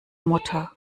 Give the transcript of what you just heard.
mutter